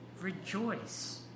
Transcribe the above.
rejoice